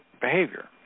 behavior